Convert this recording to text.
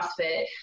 CrossFit